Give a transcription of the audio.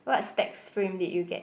what specs frame did you get